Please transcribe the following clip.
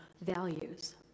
values